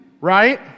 right